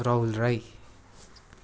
Rahul Rai